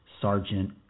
Sergeant